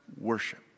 worship